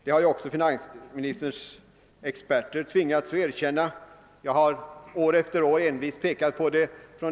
Detta har också finansministerns experter tvingats erkänna, och jag har år efter år envist pekat på det.